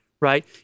right